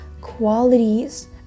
qualities